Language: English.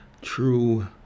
true